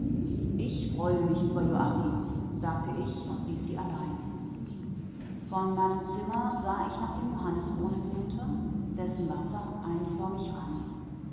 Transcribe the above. ich freue mich über joachim sagte ich und ließ sie allein von meinem zimmer sah ich nach dem johannisbrunnen hinunter dessen wasser einförmig